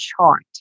chart